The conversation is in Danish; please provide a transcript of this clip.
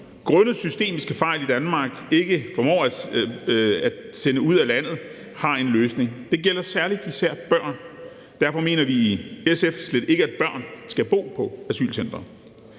grundet systemiske fejl i Danmark ikke formår at sende ud af landet. Det gælder især børn. Derfor mener vi i SF, at børn slet ikke skal bo på asylcentre.